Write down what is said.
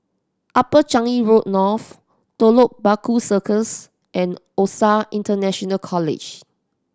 Upper Changi Road North Telok Paku Circus and OSAC International College